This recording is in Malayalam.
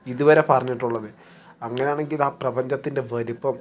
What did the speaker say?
ഇതുവരെ പറഞ്ഞിട്ടുള്ളത് അങ്ങനെയാണെങ്കിൽ ആ പ്രപഞ്ചത്തിന്റെ വലുപ്പം